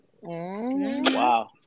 Wow